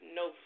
no